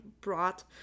brought